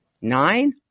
nine